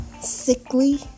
sickly